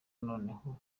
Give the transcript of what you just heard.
noneho